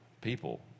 people